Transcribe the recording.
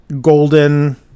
golden